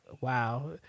Wow